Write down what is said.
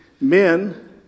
men